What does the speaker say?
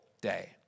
day